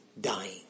dying